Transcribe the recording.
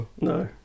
No